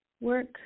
work